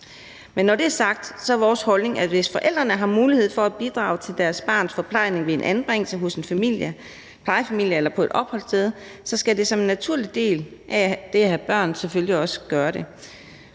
dér. Når det er sagt, er det vores holdning, at hvis forældrene har mulighed for at bidrage til deres barns forplejning ved en anbringelse hos en plejefamilie eller på et opholdssted, skal de som en naturlig del af det at have børn selvfølgelig også gøre det.